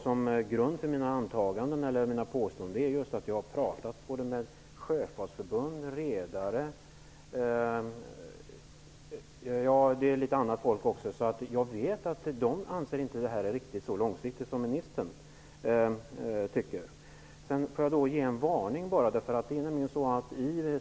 Som grund för mina påståenden är just att jag har varit i kontakt med Sjöfartsförbundet, redare och annat folk. Jag vet att dessa inte anser att det hela är riktigt så långsiktigt som ministern anser. Sedan vill jag bara framföra en varning.